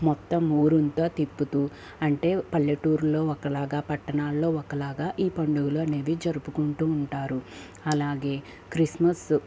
మొత్తం ఊరంతా తిప్పుతూ అంటే పల్లెటూరులో ఒకలాగా పట్టణాలలో ఒకలాగా ఈ పండుగలు అనేవి జరుపుకుంటూ ఉంటారు అలాగే క్రిస్మస్సు